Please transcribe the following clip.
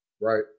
Right